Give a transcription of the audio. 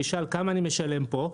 ישאל כמה אני משלם פה?